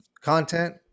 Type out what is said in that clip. content